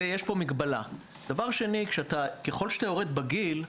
דבר אחר, ככול שאתה יורד בגיל,